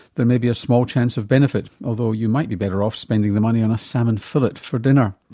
there may be a small chance of benefit, although you might be better off spending the money on a salmon fillet for dinner.